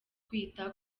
kwita